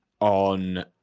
on